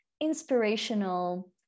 Inspirational